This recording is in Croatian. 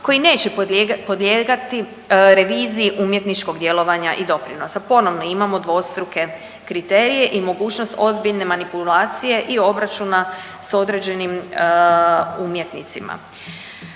koji neće podlijegati reviziji umjetničkog djelovanja i doprinosa. Ponovno imao dvostruke kriterije i mogućnost ozbiljne manipulacije i obračuna s određenim umjetnicima.